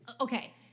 Okay